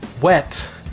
wet